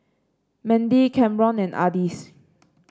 Mendy Camron and Ardis